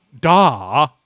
da